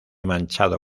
manchado